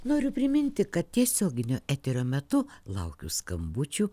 noriu priminti kad tiesioginio eterio metu laukiu skambučių